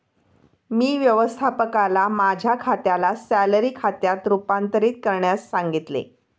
मी व्यवस्थापकाला माझ्या खात्याला सॅलरी खात्यात रूपांतरित करण्यास सांगितले